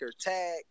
tag